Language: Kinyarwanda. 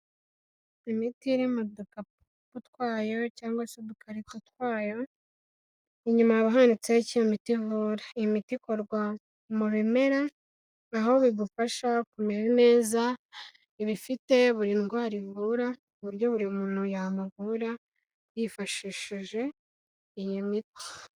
Imiti iri mu dukapu twayo cyangwa se udukarito twayo, inyuma haba handitseho icyo iyo miti ivura, iyi miti ikorwa mu bimera aho bigufasha kumera neza, iba ifite buri ndwara ivura ku buryo buri muntu yamuvura yifashishije iyi miti.